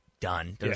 done